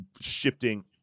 shifting